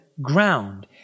ground